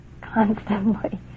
Constantly